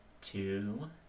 two